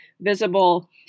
visible